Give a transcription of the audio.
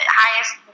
highest